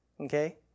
Okay